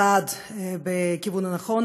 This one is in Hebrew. היא צעד בכיוון הנכון,